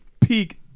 peak